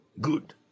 Good